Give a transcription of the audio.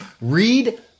Read